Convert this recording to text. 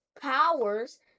powers